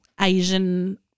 Asian